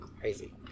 crazy